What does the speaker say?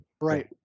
Right